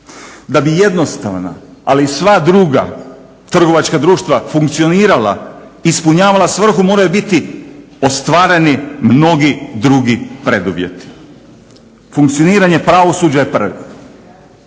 Da bi jednostavna, ali i sva druga trgovačka društva funkcionirala, ispunjavala svrhu moraju biti ostvareni mnogi drugi preduvjeti. Funkcioniranje pravosuđa je prvo.